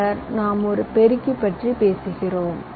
பின்னர் நாம் ஒரு பெருக்கி பற்றி பேசுகிறோம்